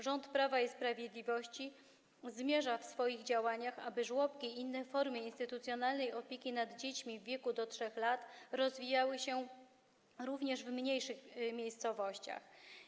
Rząd Prawa i Sprawiedliwości zmierza w swoich działaniach do tego, aby żłobki i inne formy instytucjonalnej opieki nad dziećmi w wieku do 3 lat rozwijały się również w mniejszych miejscowościach.